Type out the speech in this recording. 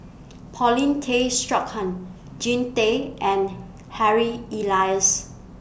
Paulin Tay Straughan Jean Tay and Harry Elias